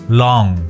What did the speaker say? long